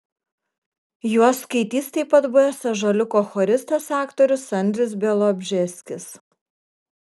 juos skaitys taip pat buvęs ąžuoliuko choristas aktorius andrius bialobžeskis